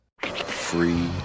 Free